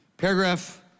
Paragraph